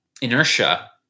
inertia